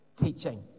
teaching